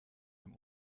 dem